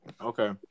okay